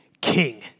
King